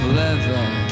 leather